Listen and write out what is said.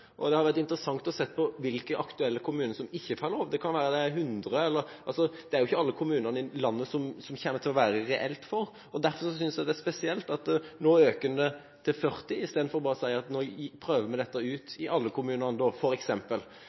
Det kunne vært interessant å se hvilke aktuelle kommuner som ikke får lov. Det kan være 100 – det er ikke alle kommunene i landet som dette kommer til å være reelt for. Derfor synes jeg det er spesielt at man nå øker tallet til 40 i stedet for bare å si at nå prøver vi ut dette i alle kommunene.